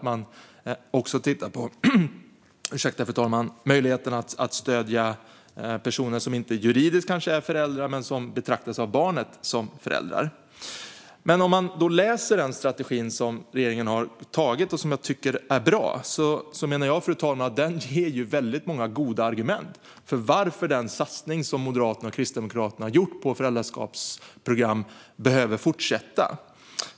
Man tittar även på möjligheten att stödja personer som kanske inte är juridiska föräldrar men som barnet betraktar som föräldrar. Strategin som regeringen har tagit fram är bra, men jag menar också att det i den finns många goda argument för att den satsning som Moderaterna och Kristdemokraterna har gjort på föräldraskapsprogram behöver fortsätta.